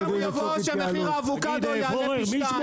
הוא יבוא כשמחיר האבוקדו יעלה פי שניים.